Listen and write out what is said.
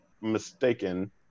mistaken